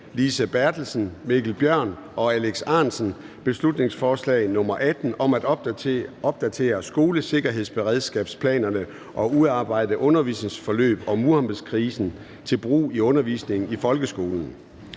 B 18 (Forslag til folketingsbeslutning om at opdatere skolesikkerhedsberedskabsplanerne og udarbejde undervisningsforløb om Muhammedkrisen til brug i undervisningen i folkeskolen).